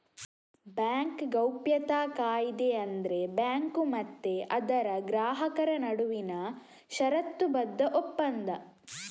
bank ಗೌಪ್ಯತಾ ಕಾಯಿದೆ ಅಂದ್ರೆ ಬ್ಯಾಂಕು ಮತ್ತೆ ಅದರ ಗ್ರಾಹಕರ ನಡುವಿನ ಷರತ್ತುಬದ್ಧ ಒಪ್ಪಂದ